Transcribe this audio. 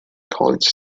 college